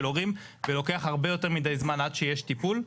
הורים ולוקח הרבה יותר מדי זמן עד שיש טיפול,